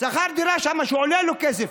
דירה שם, שעולה לו כסף?